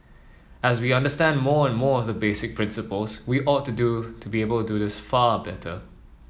as we understand more and more of the basic principles we ought to do to be able to this far better